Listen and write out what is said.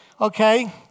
okay